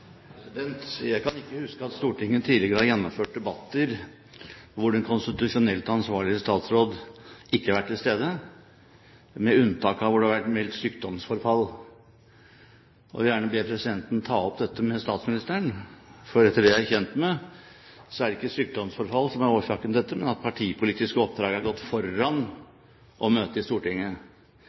ordet. Jeg kan ikke huske at Stortinget tidligere har gjennomført debatter hvor den konstitusjonelt ansvarlige statsråd ikke har vært til stede, med unntak av der det har vært meldt sykdomsforfall. Jeg vil gjerne be presidenten ta opp dette med statsministeren, for etter det jeg er kjent med, er det ikke sykdomsforfall som er årsaken til dette, men at partipolitiske oppdrag har gått foran det å møte i Stortinget.